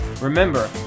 Remember